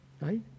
right